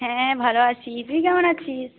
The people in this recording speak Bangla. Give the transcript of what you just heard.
হ্যাঁ ভাল আছি তুই কেমন আছিস